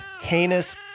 heinous